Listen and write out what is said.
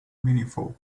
meaningful